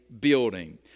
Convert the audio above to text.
building